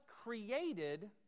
created